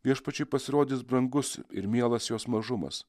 viešpačiui pasirodys brangus ir mielas jos mažumas